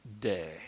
day